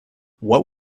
what